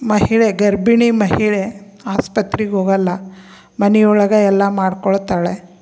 ಮಹಿಳೆ ಗರ್ಭಿಣಿ ಮಹಿಳೆ ಆಸ್ಪತ್ರೆಗ್ ಹೋಗೋಲ್ಲ ಮನೆ ಒಳಗೆ ಎಲ್ಲ ಮಾಡಿಕೊಳ್ತಾಳೆ